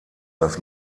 das